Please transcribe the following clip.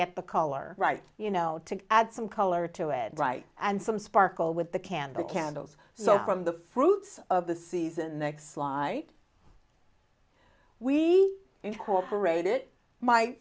get the color right you know to add some color to add right and some sparkle with the candle candles so from the fruits of the season next slide we incorporate